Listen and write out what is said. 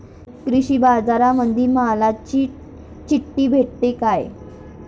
कृषीबाजारामंदी मालाची चिट्ठी भेटते काय?